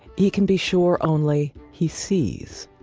he can be sure only he sees.